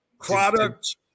product